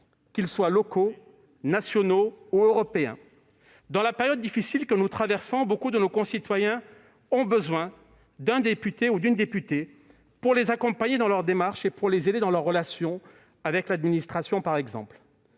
qu'ils soient locaux, nationaux ou européens. En effet, dans la période difficile que nous traversons, beaucoup de nos concitoyens ont besoin d'un député pour les accompagner dans leurs démarches et pour les aider dans leurs relations avec l'administration, par exemple.